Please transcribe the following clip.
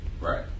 Right